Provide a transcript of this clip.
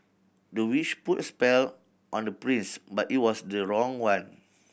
the witch put a spell on the prince but it was the wrong one